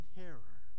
terror